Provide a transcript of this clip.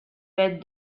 read